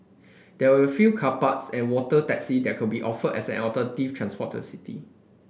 there will fewer car parks and water taxi that could be offered as an alternative transport to city